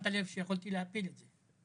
שמת לב שיכולתי להפיל את זה.